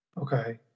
Okay